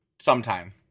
sometime